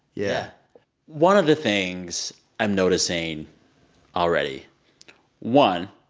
yeah one of the things i'm noticing already one,